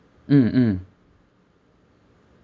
mm mm